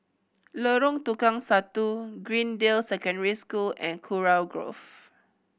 Lorong Tukang Satu Greendale Secondary School and Kurau Grove